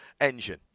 engine